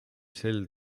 sel